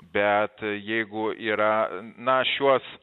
bet jeigu yra na šiuos